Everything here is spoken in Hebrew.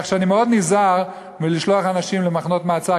כך שאני מאוד נזהר מלשלוח אנשים למחנות מעצר,